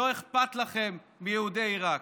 לא אכפת לכם מיהודי עיראק.